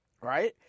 Right